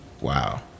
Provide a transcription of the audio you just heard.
Wow